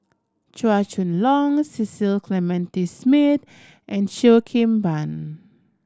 Chua Chong Long Cecil Clementi Smith and Cheo Kim Ban